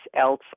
else